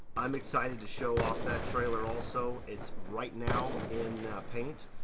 i'm excited to show off that trailer. also it's right now in paint,